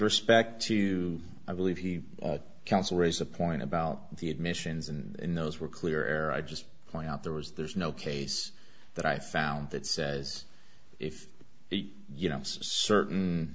respect to i believe he counsel raise a point about the admissions and those were clear air i just play out there was there's no case that i found that says if you know certain